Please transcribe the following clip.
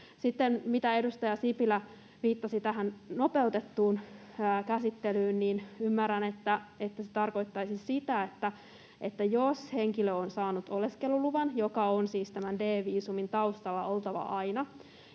Sitten edustaja Sipilä viittasi tähän nopeutettuun käsittelyyn. Ymmärrän, että se tarkoittaisi sitä, että jos henkilö on saanut oleskeluluvan, joka on siis tämän D-viisumin taustalla oltava aina,